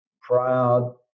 proud